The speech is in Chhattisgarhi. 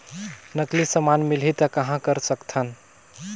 नकली समान मिलही त कहां कर सकथन?